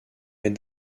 est